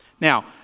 Now